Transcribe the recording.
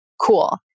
cool